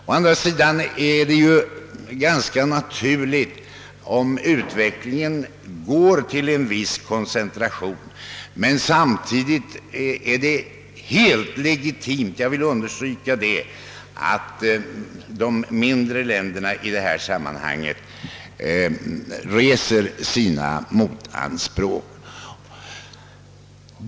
Å andra sidan är det ju ganska naturligt om utvecklingen går mot en viss koncentration. Men det är samtidigt helt legitimt — jag vill understryka det — att de mindre länderna i detta sammanhang reser motanspråk.